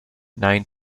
nine